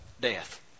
death